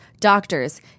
doctors